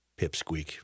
pipsqueak